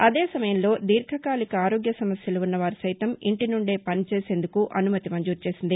అదే సమయంలో దీర్ఘ కాలిక ఆరోగ్య సమస్యలు ఉన్న వారు సైతం ఇంటి నుండే పనిచేసేందుకు అనుమతి మంజూరు చేసింది